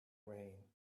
rain